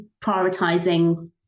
prioritizing